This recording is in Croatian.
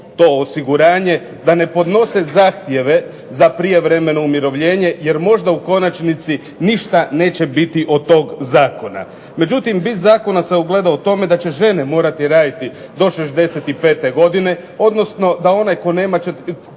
to osiguranje, da ne podnose zahtjeve za prijevremeno umirovljenje jer možda u konačnici ništa neće biti od tog Zakona. Međutim, bit zakona se ogleda u tome da će žene morati raditi do 65 godine, odnosno da onaj koji ima